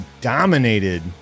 dominated